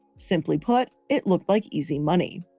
simply put, it looked like easy money.